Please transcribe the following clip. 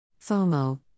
FOMO